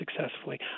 successfully